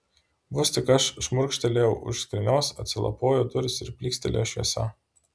vos tik aš šmurkštelėjau už skrynios atsilapojo durys ir plykstelėjo šviesa